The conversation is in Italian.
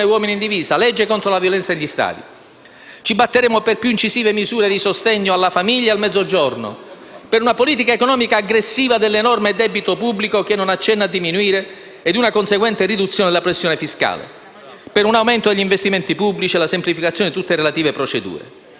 uomini in divisa, la legge contro la violenza negli stadi. Ci batteremo per più incisive misure di sostegno alla famiglia e al Mezzogiorno; per una politica economica aggressiva dell'enorme debito pubblico, che non accenna a diminuire, e una conseguente riduzione della pressione fiscale; per un aumento degli investimenti pubblici e la semplificazione di tutte le relative procedure.